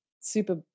Super